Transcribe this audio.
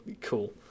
cool